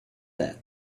that